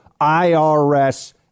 IRS